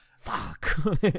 Fuck